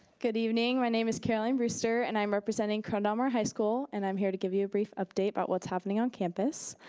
good evening. my name is caroline rooster, and i'm representing chronomer high school and i'm here to give you a brief update about what's happening on campus.